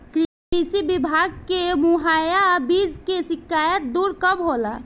कृषि विभाग से मुहैया बीज के शिकायत दुर कब होला?